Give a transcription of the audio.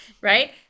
right